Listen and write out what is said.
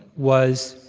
was,